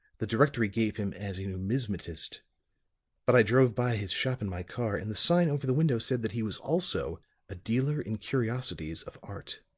the directory gave him as a numismatist but i drove by his shop in my car, and the sign over the window said that he was also a dealer in curiosities of art.